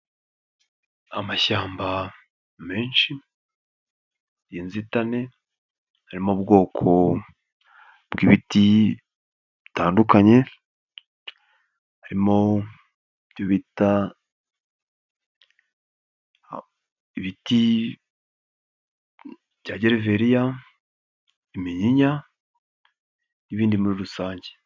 Amashyamba menshi, inzitane, arimo ubwoko bw'ibiti bitandukanye, harimo byo biti Gereveriya, iminyinya n'ibindi muri rusange.